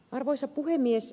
arvoisa puhemies